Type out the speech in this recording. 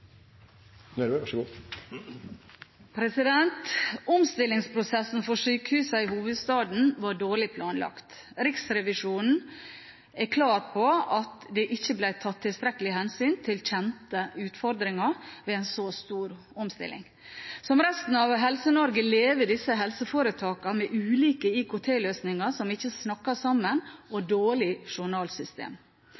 Omstillingsprosessen for sykehusene i hovedstaden var dårlig planlagt. Riksrevisjonen er klar på at det ikke ble tatt tilstrekkelig hensyn til kjente utfordringer ved en så stor omstilling. Som resten av Helse-Norge, lever disse helseforetakene med ulike IKT-løsninger som ikke snakker sammen, og